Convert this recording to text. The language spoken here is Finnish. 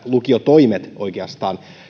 lukiotoimet